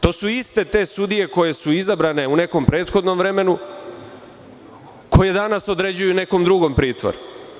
To su iste te sudije koje su izabrane u nekom prethodnom vremenu, koje danas određuju nekom drugom pritvor.